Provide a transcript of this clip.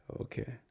Okay